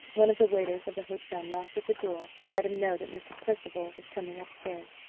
one of the waiters of the hotel knocked at the door to let him know that mr. percival was coming up stairs.